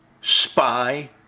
spy